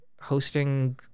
hosting